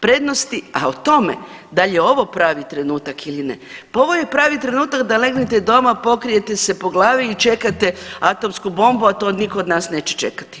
Prednosti, a o tome da li je ovo pravi trenutak ili ne, pa ovo je pravi trenutak da legnete doma pokrijete se po glavi i čekate atomsku bombu, a to nitko od neće čekati.